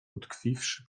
utkwiwszy